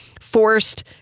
forced